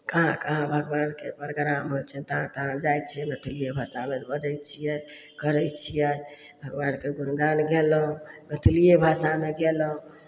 कहाँ कहाँ भगवानके प्रोग्राम होइ छनि तहाँ तहाँ जाइ छियै मैथिलिए भाषामे बजै छियै करै छियै भगवानके गुणगान गयलहुँ मैथिलिए भाषामे गयलहुँ